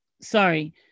sorry